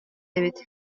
эбит